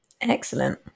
Excellent